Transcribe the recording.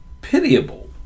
pitiable